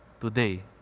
today